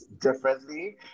differently